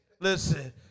Listen